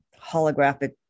holographic